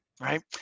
right